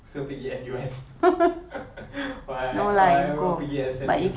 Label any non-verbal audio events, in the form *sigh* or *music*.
so pergi N_U_S *laughs* or I or I pergi S_M_U